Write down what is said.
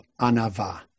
anava